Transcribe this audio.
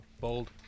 Bold